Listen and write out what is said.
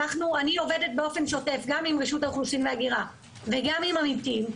אני עובדת באופן שוטף גם עם רשות האוכלוסין וההגירה וגם עם עמיתים,